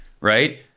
Right